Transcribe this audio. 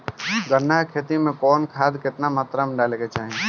गन्ना के खेती में कवन खाद केतना मात्रा में डाले के चाही?